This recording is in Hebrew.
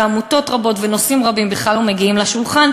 ועמותות רבות ונושאים רבים בכלל לא מגיעים לשולחן,